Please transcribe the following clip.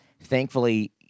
thankfully